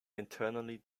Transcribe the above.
internally